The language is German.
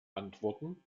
antworten